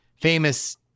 famous